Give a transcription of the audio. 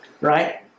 Right